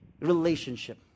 relationship